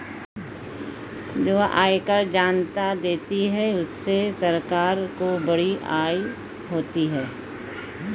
जो आयकर जनता देती है उससे सरकार को बड़ी आय होती है